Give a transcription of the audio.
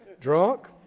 drunk